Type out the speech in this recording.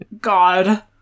God